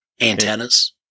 Antennas